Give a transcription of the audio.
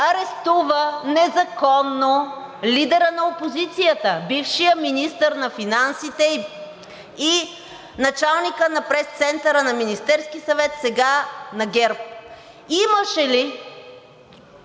арестува незаконно лидера на опозицията, бившия министър на финансите и началника на пресцентъра на Министерския съвет, сега на ГЕРБ. Имаше ли